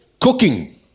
cooking